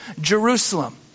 Jerusalem